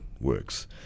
works